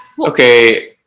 okay